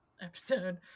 episode